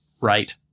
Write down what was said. right